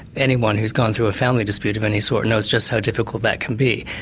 anyone who's gone through a family dispute of any sort knows just how difficult that can be.